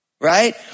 right